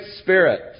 spirit